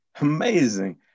Amazing